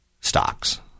stocks